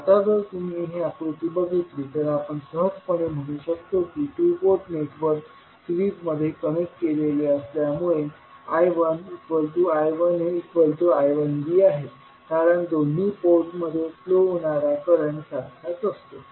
आता जर तुम्ही ही आकृती बघितली तर आपण सहजपणे म्हणू शकतो की टू पोर्ट नेटवर्क सिरीजमध्ये कनेक्ट केले असल्यामुळे I1I1aI1bआहे कारण दोन्ही पोर्टमध्ये फ्लो होणारा करंट सारखाच असतो